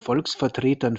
volksvertretern